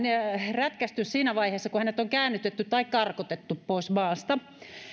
rätkäisty siinä vaiheessa kun hänet on käännytetty tai karkotettu pois maasta